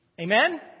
Amen